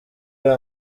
ari